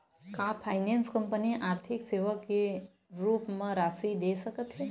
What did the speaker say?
का finance company आर्थिक सेवा के रूप म राशि दे सकत हे?